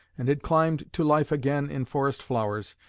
and had climbed to life again in forest flowers,